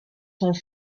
sont